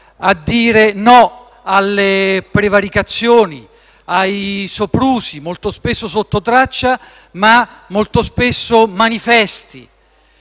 dire no alle prevaricazioni, ai soprusi, molto spesso sottotraccia, ma molto spesso manifesti,